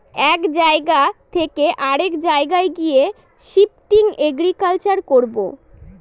এক জায়গা থকে অরেক জায়গায় গিয়ে শিফটিং এগ্রিকালচার করবো